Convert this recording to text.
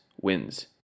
wins